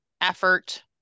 effort